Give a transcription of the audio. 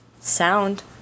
sound